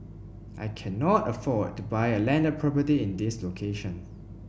I cannot afford to buy a landed property in this location